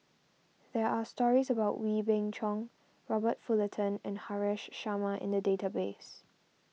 there are stories about Wee Beng Chong Robert Fullerton and Haresh Sharma in the database